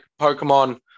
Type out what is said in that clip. Pokemon